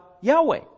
Yahweh